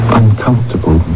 uncomfortable